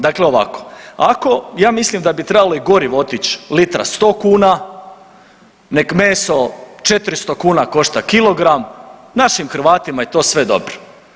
Dakle ovako, ja mislim da bi trebalo i gorivo otić litra 100 kuna, nek meso 400 kuna košta kilogram našim Hrvatima je to sve dobro.